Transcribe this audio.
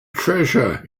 treasure